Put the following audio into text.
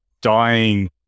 dying